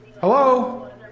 Hello